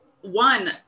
one